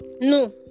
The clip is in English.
no